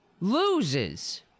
loses